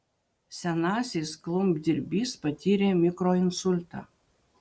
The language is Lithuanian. senasis klumpdirbys patyrė mikroinsultą